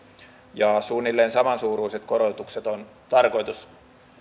suunnilleen samansuuruiset korotukset on tarkoitus